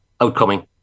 outcoming